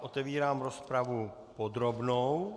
Otevírám rozpravu podrobnou.